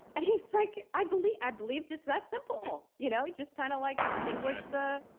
and he's like, i believed i believed it's that simple, you know just kind of like extinguished the.